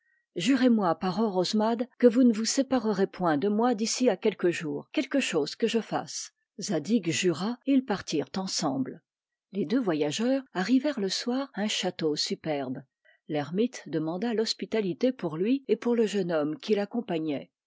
jurez-moi par orosmade que vous ne vous séparerez point de moi d'ici à quelques jours quelque chose que je fasse zadig jura et ils partirent ensemble les deux voyageurs arrivèrent le soir à un château superbe l'ermite demanda l'hospitalité pour lui et pour le jeune homme qui l'accompagnait